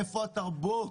איפה התרבות?